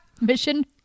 Mission